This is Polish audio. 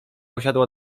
usiadła